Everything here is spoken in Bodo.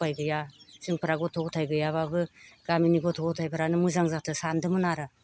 उफाय गैया जोंफोरा गथ' गथाय गैयाब्लाबो गामिनि गथ' गथायफोरानो मोजां जाथों सान्दोमोन आरो